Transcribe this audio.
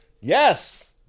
Yes